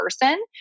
person